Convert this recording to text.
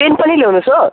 pain पनि ल्याउनुहोस् हो